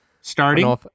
Starting